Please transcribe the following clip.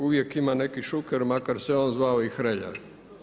Uvijek ima neki Šuker makar se on zvao i Hrelja.